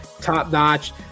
top-notch